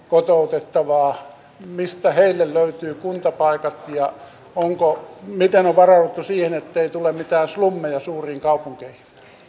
kotoutettavaa mistä heille löytyvät kuntapaikat ja miten on varauduttu siihen ettei tule mitään slummeja suuriin kaupunkeihin